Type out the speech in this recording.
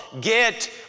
get